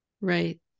Right